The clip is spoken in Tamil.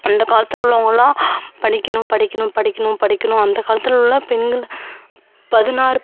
அந்த காலத்தில் உள்ளவங்கள்லாம் படிக்கணும் படிக்கணும் படிக்கணும் படிக்கணும் அந்த காலத்திலலாம் பெண்கள் பதினாறு